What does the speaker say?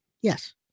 Yes